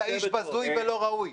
אתה איש בזוי ולא ראוי.